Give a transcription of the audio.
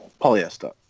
Polyester